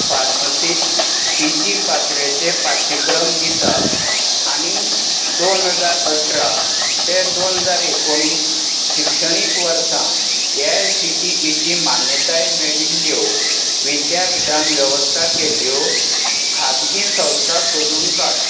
फार्मसींत PG पातळेचे पाठ्यक्रम दिता आनी दोन हजार अठरा ते दोन हजार एकुणीस शिक्षणीक वर्सा एआयसीटीईची मान्यताय मेळिल्ल्यो विद्यापीठान वेवस्था केल्ल्यो खाजगी संस्था सोदून काड